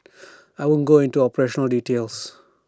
I won't go into operational details